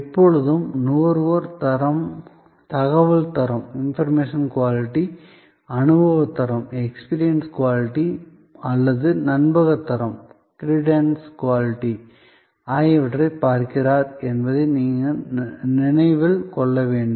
எப்பொழுதும் நுகர்வோர் தகவல் தரம் அனுபவத் தரம் அல்லது நம்பகத் தரம் ஆகியவற்றைப் பார்க்கிறார் என்பதை நினைவில் கொள்ள வேண்டும்